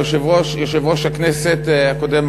יושב-ראש הכנסת הקודם,